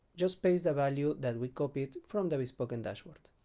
just paste the value that we copied from the bespoken dashboard